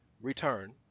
return